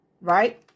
right